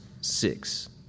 six